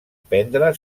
prendre